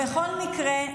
בכל מקרה,